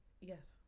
Yes